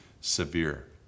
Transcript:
severe